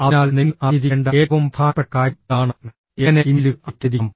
അതിനാൽ നിങ്ങൾ അറിഞ്ഞിരിക്കേണ്ട ഏറ്റവും പ്രധാനപ്പെട്ട കാര്യം ഇതാണ് എങ്ങനെ ഇമെയിലുകൾ അയയ്ക്കാതിരിക്കാം